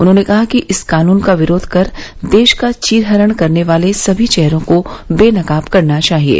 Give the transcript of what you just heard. उन्होंने कहा कि इस कानून का विरोध कर देश का चीरहरण करने वाले सभी चेहरों को बेनकाब करना चाहिये